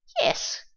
Yes